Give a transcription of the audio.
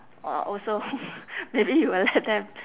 or also maybe you will let them